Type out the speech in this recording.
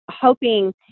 Hoping